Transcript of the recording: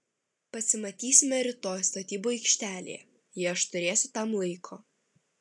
pasimatysime rytoj statybų aikštelėje jei aš turėsiu tam laiko